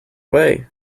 way